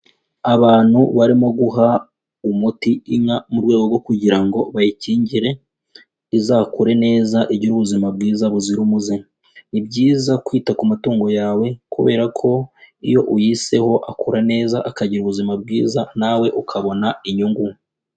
Abantu barimo guha umuti inka mu rwego rwo kugira ngo bayikingire izakure neza igire ubuzima bwiza buzira umuze. Ni byiza kwita ku matungo yawe kubera ko iyo uyiseho akura neza akagira ubuzima bwiza nawe ukabona inyungu.